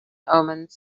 omens